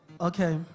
Okay